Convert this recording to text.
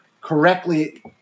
correctly